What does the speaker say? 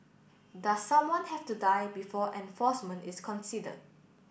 does someone have to die before enforcement is considered